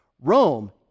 Rome